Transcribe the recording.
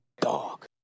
Dog